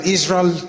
Israel